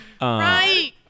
Right